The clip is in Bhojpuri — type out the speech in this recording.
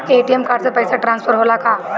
ए.टी.एम कार्ड से पैसा ट्रांसफर होला का?